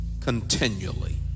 continually